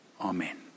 Amen